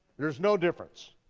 there's no difference.